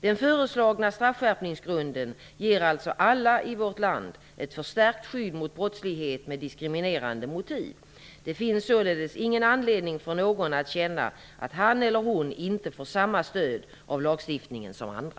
Den föreslagna straffskärpningsgrunden ger alltså alla i vårt land ett förstärkt skydd mot brottslighet med diskriminerande motiv. Det finns således ingen anledning för någon att känna att han eller hon inte får samma stöd av lagstiftningen som andra.